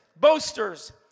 boasters